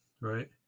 Right